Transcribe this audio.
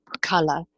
color